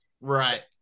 Right